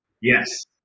Yes